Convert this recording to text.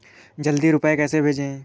जल्दी रूपए कैसे भेजें?